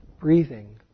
breathing